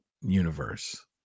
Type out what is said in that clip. universe